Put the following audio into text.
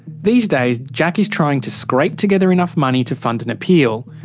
these days jack is trying to scrape together enough money to fund an appeal.